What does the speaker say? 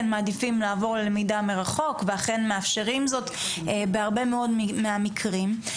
מעדיפים לעבור ללמידה מרחוק ואכן מאפשרים זאת בהרבה מאוד מהמקרים.